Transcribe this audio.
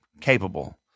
capable